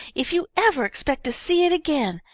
if you ever expect to see it again!